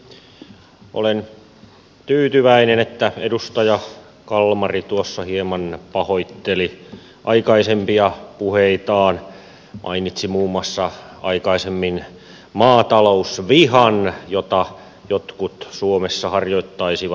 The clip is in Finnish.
olen tyytyväinen että edustaja kalmari tuossa hieman pahoitteli aikaisempia puheitaan mainitsi muun muassa aikaisemmin maatalousvihan jota jotkut suomessa harjoittaisivat